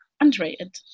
underrated